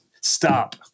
Stop